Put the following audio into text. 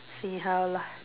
see how lah